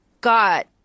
got